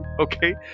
Okay